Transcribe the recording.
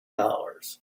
dollars